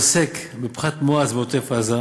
העוסק בפחת מואץ בעוטף-עזה,